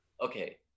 Okay